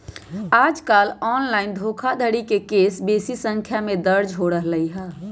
याजकाल ऑनलाइन धोखाधड़ी के केस बेशी संख्या में दर्ज हो रहल हइ